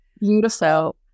Beautiful